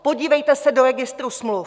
Podívejte se do registru smluv.